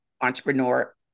entrepreneur